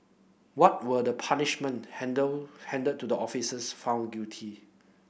what were the punishment handle handed to the officers found guilty